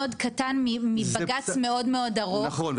קטן מבג"ץ מאוד מאוד ארוך שמדבר --- נכון,